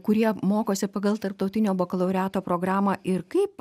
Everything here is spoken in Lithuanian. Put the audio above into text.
kurie mokosi pagal tarptautinio bakalaureato programą ir kaip